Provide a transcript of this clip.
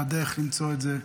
על הדרך למצוא את זה,